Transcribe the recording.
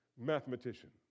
mathematician